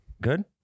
Good